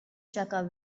jaka